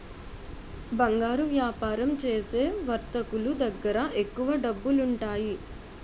బంగారు వ్యాపారం చేసే వర్తకులు దగ్గర ఎక్కువ డబ్బులుంటాయి